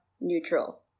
neutral